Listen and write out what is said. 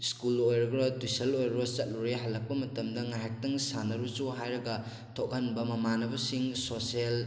school ꯑꯣꯏꯔꯣ tuition ꯑꯣꯏꯔꯣ ꯆꯠꯂꯨꯔꯦ ꯍꯜꯂꯛꯄ ꯃꯇꯝꯗ ꯉꯥꯏꯍꯥꯛꯇꯪ ꯁꯥꯟꯅꯔꯨꯆꯣ ꯍꯥꯏꯔꯒ ꯊꯣꯛꯍꯟꯕ ꯃꯃꯥꯟꯅꯕꯁꯤꯡ ꯁꯣꯁꯦꯜ